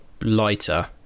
lighter